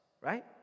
right